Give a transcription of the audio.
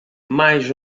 mais